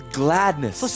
gladness